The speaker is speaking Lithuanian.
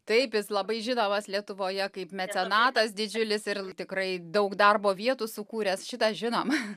taip jis labai žinomas lietuvoje kaip mecenatas didžiulis ir tikrai daug darbo vietų sukūręs šitą žinom